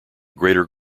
greater